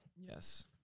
Yes